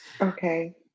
Okay